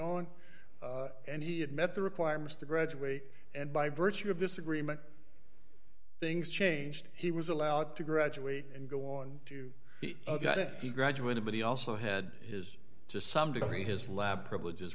on and he had met the requirements to graduate and by virtue of this agreement things changed he was allowed to graduate and go on to each other he graduated but he also had his to some degree his lab privileges